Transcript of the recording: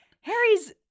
Harry's